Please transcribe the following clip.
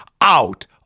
out